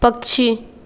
पक्षी